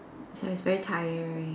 so it's very tiring